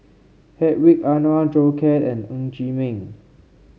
Hedwig Anuar Zhou Can and Ng Chee Meng